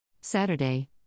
Saturday